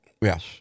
Yes